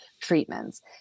treatments